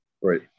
Right